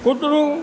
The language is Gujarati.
કૂતરું